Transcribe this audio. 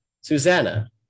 Susanna